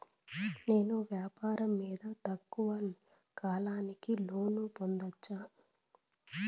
నేను వ్యాపారం మీద తక్కువ కాలానికి లోను పొందొచ్చా?